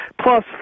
Plus